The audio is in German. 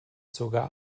sogar